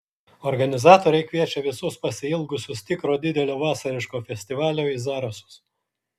organizatoriai kviečia visus pasiilgusius tikro didelio vasariško festivalio į zarasus